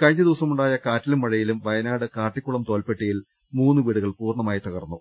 കഴിഞ്ഞ ദിവസം ഉണ്ടായ കാറ്റിലും മഴയിലും വയനാട് കാട്ടി ക്കൂളം തോൽപ്പെട്ടിയിൽ മൂന്ന് വീടുകൾ പൂർണമായി തകർന്നു